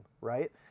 Right